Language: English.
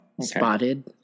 spotted